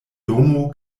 domo